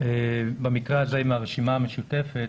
במקרה הזה עם הרשימה המשותפת,